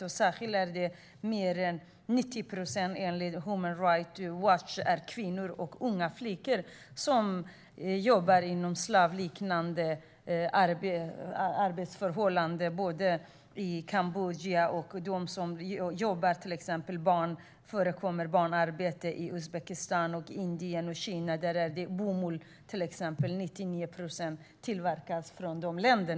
Enligt Human Rights Watch är det till över 90 procent kvinnor och unga flickor som jobbar under slavliknande arbetsförhållanden i Kambodja. Det förekommer också barnarbete i Uzbekistan, Indien och Kina. Där är det bomull; 99 procent tillverkas i dessa länder.